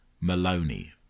maloney